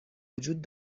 وجود